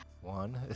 One